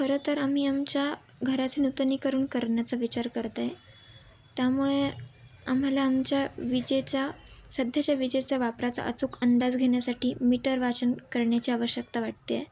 खरं तर आम्ही आमच्या घराची नूतनीकरण करण्याचा विचार करत आहे त्यामुळे आम्हाला आमच्या विजेचा सध्याच्या विजेचा वापराचा अचूक अंदाज घेण्या्साठी मीटर वाचन करण्याची आवश्यकता वाटतेय